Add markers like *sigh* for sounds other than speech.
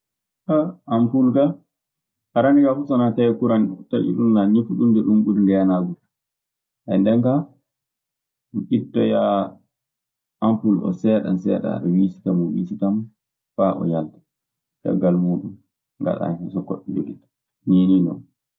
*hesitation* ampul kaa, arannde kaa fuu so wanaa tawii kuraŋ taƴii. Nun naa ñifde ɗun dee ɗun ɓuri ndeenaagu. *hesitation* nden kaa, ittoyaa ampul oo seeɗan seeɗan. A ɗe wiicita mo wiicita mo faa o yaltaa. Caggal muuɗun, ngaɗaa hen so goɗɗo njogiɗaa, niinii non.